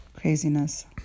craziness